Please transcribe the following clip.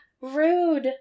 rude